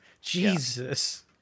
Jesus